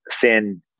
thin